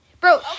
bro